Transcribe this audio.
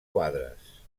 quadres